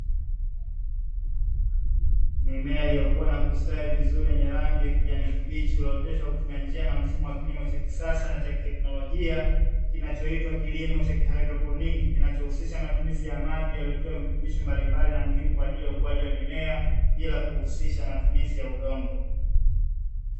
Mimea nimeliokua na kustawi vizuri ya rangi ya kijani kibichi iliyooteshwa kwa kutumia njia na mfumo wa kilimo cha kisasa na teknolojia ,kinachoitwa kilimo cha kihaidroponiki, kina chohusisha matumizi ya maji yaliyotiwa virutubisho mbalimbali na muhimu kwa ajili ya ukuaji wa mimea, bila kuhusisha matumizi ya udongo.